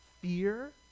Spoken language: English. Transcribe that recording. fear